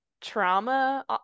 trauma